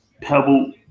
pebble